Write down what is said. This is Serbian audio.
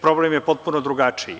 Problem je potpuno drugačiji.